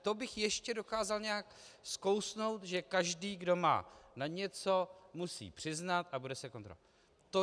To bych ještě dokázal nějak skousnout, že každý, kdo má na něco, musí přiznat a bude se kontrolovat.